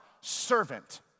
servant